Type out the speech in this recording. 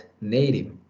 native